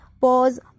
pause